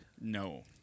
No